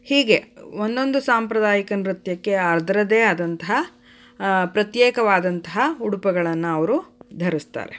ಹೀಗೆ ಒಂದೊಂದು ಸಾಂಪ್ರದಾಯಿಕ ನೃತ್ಯಕ್ಕೆ ಅದರದ್ದೇ ಆದಂತಹ ಪ್ರತ್ಯೇಕವಾದಂತಹ ಉಡುಪುಗಳನ್ನು ಅವರು ಧರಿಸ್ತಾರೆ